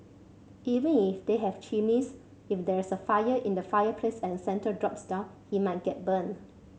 even if they have chimneys if there's a fire in the fireplace and Santa drops down he might get burnt